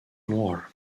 more